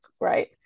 right